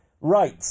Right